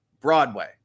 Broadway